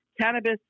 cannabis